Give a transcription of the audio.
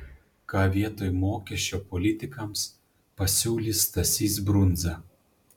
ką vietoj mokesčio politikams pasiūlys stasys brundza